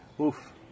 Oof